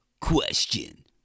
Question